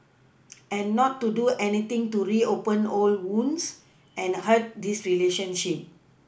and not to do anything to reopen old wounds and hurt this relationship